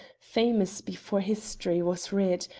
famous before history was writ,